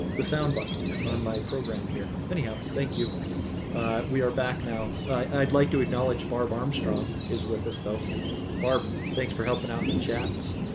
sound button on my program here anyhow thank you we are back now i'd like to acknowledge barb armstrong is with us though barb thanks for helping out in the chats